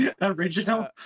original